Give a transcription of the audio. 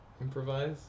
Improvise